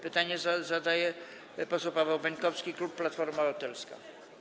Pytanie zadaje poseł Paweł Bańkowski, klub Platforma Obywatelska.